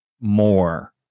more